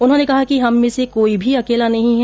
उन्होंने कहा कि हम में से कोई भी अकेला नहीं है